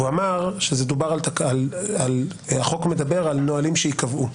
הוא אמר שהחוק מדבר על נהלים שייקבעו.